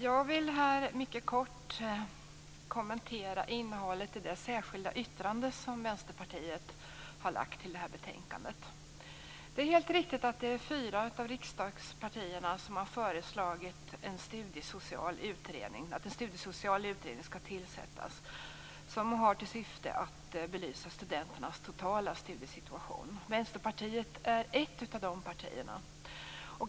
Jag vill mycket kort kommentera innehållet i det särskilda yttrande som Vänsterpartiet har fogat till betänkandet. Det är helt riktigt att det är fyra av riksdagspartierna som har föreslagit att en studiesocial utredning skall tillsättas som har till syfte att belysa studenternas totala studiesituation. Vänsterpartiet är ett av de partierna.